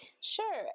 Sure